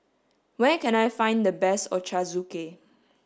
where can I find the best Ochazuke